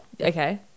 Okay